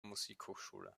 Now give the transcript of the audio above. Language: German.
musikhochschule